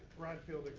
rodd field